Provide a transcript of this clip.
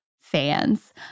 fans